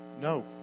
No